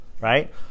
right